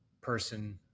person